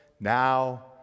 Now